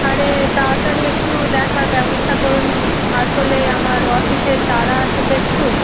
আরে তাড়াতাড়ি একটু দেখার ব্যবস্থা করুন আসলে আমার অফিসের তাড়া আছে তো একটু